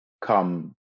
come